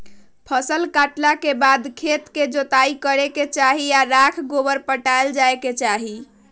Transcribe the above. फसल काटला के बाद खेत के जोताइ करे के चाही आऽ राख गोबर पटायल जाय के चाही